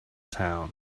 town